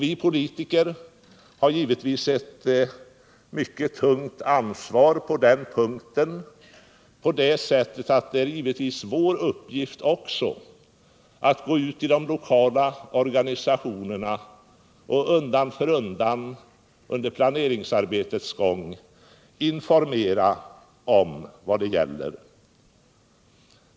Vi politiker har givetvis ett mycket stort ansvar på denna punkt, eftersom det också är vår uppgift att gå ut till de lokala organisationerna och undan för undan under planeringsarbetets gång informera om vad det gäller.